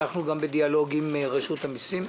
אנחנו גם בדיאלוג עם רשות המיסים.